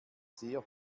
sehr